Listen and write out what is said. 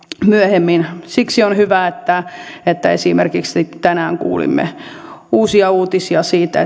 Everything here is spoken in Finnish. myöhemmin siksi on hyvä että että esimerkiksi tänään kuulimme uusia uutisia siitä